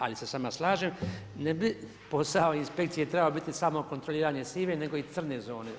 Ali se s vama slažem, ne bi posao inspekcije trebao biti samo kontrolirane sive nego i crne zone.